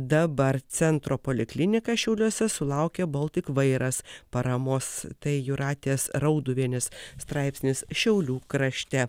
dabar centro poliklinika šiauliuose sulaukė baltic vairas paramos tai jūratės rauduvienės straipsnis šiaulių krašte